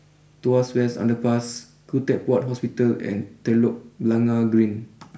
Tuas West Underpass Khoo Teck Puat Hospital and Telok Blangah Green